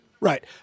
Right